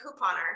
couponer